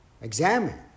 Examine